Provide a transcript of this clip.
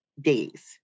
days